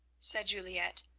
said juliette,